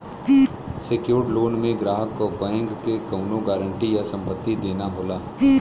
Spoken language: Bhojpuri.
सेक्योर्ड लोन में ग्राहक क बैंक के कउनो गारंटी या संपत्ति देना होला